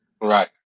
Right